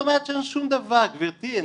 מה זאת אומרת אין שום דבר, גברתי?